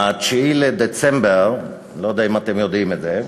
9 בדצמבר, אני לא יודע אם אתם יודעים את זה,